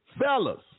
fellas